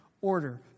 order